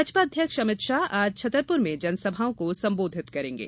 भाजपा अध्यक्ष अमित शाह आज छतरपुर में जनसभाओं को संबोधित करेंगे